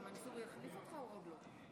שלום לכם, כבוד היושב-ראש, חברי הכנסת.